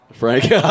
Frank